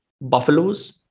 buffaloes